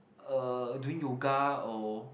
uh doing yoga or